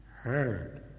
heard